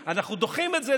אנחנו דוחים את זה,